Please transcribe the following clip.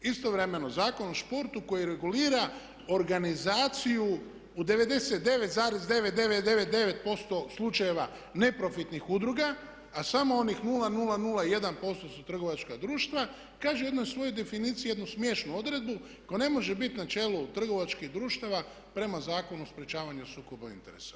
Istovremeno Zakon o športu koji regulira organizaciju u 99,9999% slučajeva neprofitnih udruga a samo onih 000,1% su trgovačka društva, kaže u jednoj svojoj definiciji jednu smiješnu odredbu, tko ne može bit na čelu trgovačkih društava prema Zakonu o sprječavanju sukoba interesa.